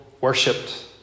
worshipped